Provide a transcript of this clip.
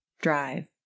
drive